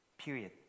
period